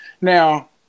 Now